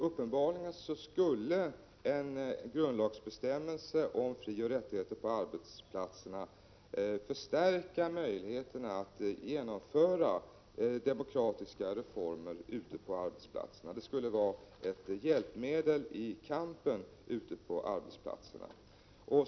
Uppenbarligen skulle en grundlagsbestämmelse om frioch rättigheter på arbetsplatserna förstärka möjligheterna att genomföra demokratiska reformer ute på arbetsplatserna. Det skulle vara ett hjälpmedel i kampen där.